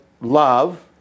love